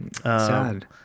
sad